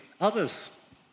Others